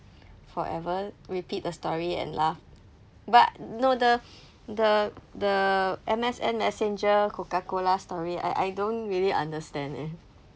forever repeat the story and laugh but no the the the M_S_N messenger coca-cola story I I don't really understand leh